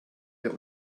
der